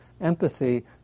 empathy